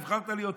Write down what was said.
נבחרת להיות שר?